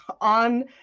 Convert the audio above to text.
on